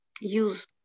use